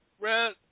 Red